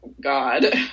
God